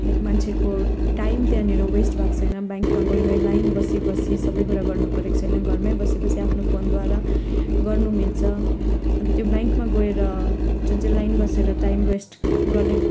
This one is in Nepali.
लाइक मान्छेको टाइम त्यहाँनिर वेस्ट भएको छैन ब्याङ्कमा गइ गइ लाइन बसी बसी सबै कुरा गर्नुपरेको छैन घरमै बसी बसी आफ्नो फोनद्वारा गर्नु मिल्छ अन्त त्यो ब्याङ्कमा गएर जुन लाइन बसेर टाइम वेस्ट गर्ने